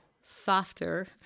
softer